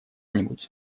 нибудь